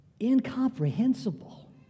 incomprehensible